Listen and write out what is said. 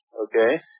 Okay